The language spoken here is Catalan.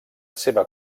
seva